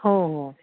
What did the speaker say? हो हो